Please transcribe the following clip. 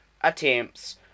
attempts